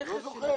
לא זוכר.